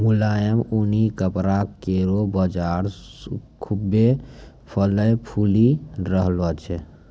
मुलायम ऊनी कपड़ा केरो बाजार खुभ्भे फलय फूली रहलो छै